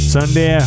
Sunday